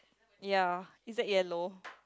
ya is that yellow